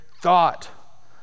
thought